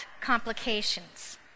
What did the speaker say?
complications